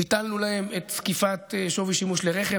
ביטלנו להם את זקיפת שווי שימוש לרכב.